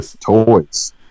toys